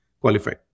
qualified